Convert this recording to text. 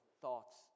thoughts